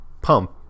Pump